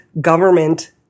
government